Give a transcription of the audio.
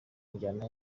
njyana